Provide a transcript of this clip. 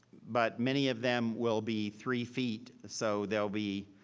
but many of them will be three feet, so they'll be